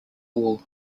wool